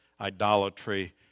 idolatry